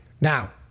now